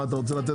מה אתה רוצה לתת